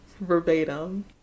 verbatim